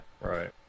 Right